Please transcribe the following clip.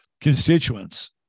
constituents